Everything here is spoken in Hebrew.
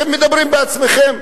אתם מדברים בעצמכם.